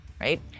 right